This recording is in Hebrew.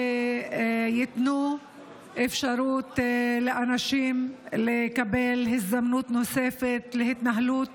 שייתנו אפשרות לאנשים לקבל הזדמנות נוספת להתנהלות